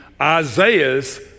Isaiah's